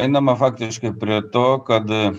einama faktiškai prie to kada